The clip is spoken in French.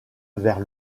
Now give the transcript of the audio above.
vers